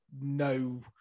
no